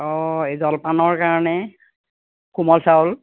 অঁ জলপানৰ কাৰণে কোমল চাউল